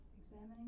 examining